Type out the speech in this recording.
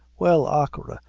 well, achora,